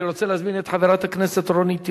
אני רוצה להזמין את חברת הכנסת רונית תירוש,